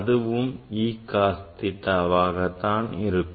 அதுவும் E cos theta வாக தான் இருக்கும்